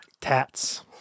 Tats